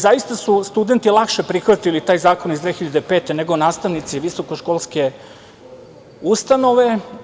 Zaista su studenti lakše prihvatili taj zakon iz 2005. godine nego nastavnici visokoškolske ustanove.